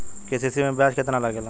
KCC में ब्याज कितना लागेला?